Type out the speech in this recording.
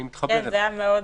אני מתחבר אליו.